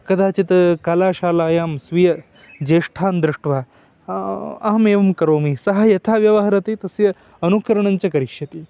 कदाचित् कलाशालायां स्वीयज्येष्ठान् दृष्ट्वा अहमेवं करोमि सः यथा व्यवहरति तस्य अनुकरणञ्च करिष्यति